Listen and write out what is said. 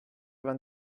vingt